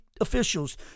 officials